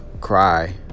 cry